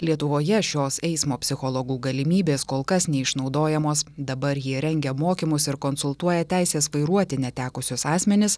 lietuvoje šios eismo psichologų galimybės kol kas neišnaudojamos dabar jie rengia mokymus ir konsultuoja teisės vairuoti netekusius asmenis